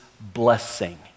blessing